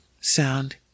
sound